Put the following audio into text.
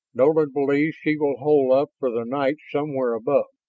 nolan believes she will hole up for the night somewhere above.